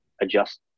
adjust